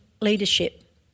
leadership